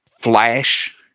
flash